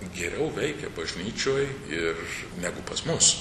geriau veikia bažnyčioj ir negu pas mus